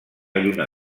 lluna